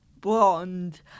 blonde